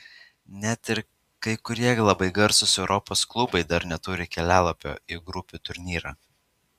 net ir kai kurie labai garsūs europos klubai dar neturi kelialapio į grupių turnyrą